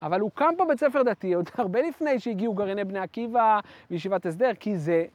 אבל הוקם פה בית ספר דתי עוד הרבה לפני שהגיעו גרעיני בני עקיבא וישיבת הסדר כי זה...